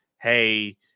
hey